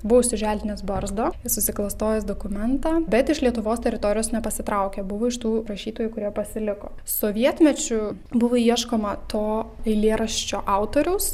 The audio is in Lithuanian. buvo užsiželdinęs barzdą susiklastojęs dokumentą bet iš lietuvos teritorijos nepasitraukė buvo iš tų rašytojų kurie pasiliko sovietmečiu buvo ieškoma to eilėraščio autoriaus